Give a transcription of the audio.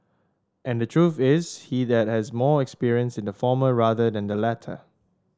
and the truth is he that has more experience in the former rather than the latter